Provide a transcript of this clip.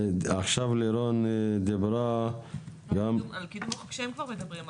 עכשיו לירון דיברה גם על קידום החוק שהם כבר מדברים עליו,